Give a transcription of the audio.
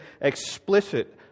explicit